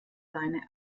seine